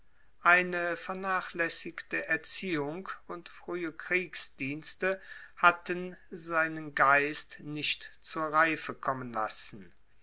eine vernachlässigte erziehung und frühe kriegsdienste hatten seinen geist nicht zur reife kommen lassen